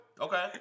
Okay